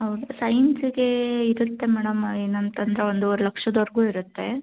ಹೌದು ಸೈನ್ಸಗೇ ಇರುತ್ತೆ ಮೇಡಮ್ ಏನಂತಂದ್ರೂ ಒಂದುವರೆ ಲಕ್ಷದ ವರೆಗೂ ಇರುತ್ತೆ